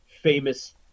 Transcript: famous